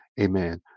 Amen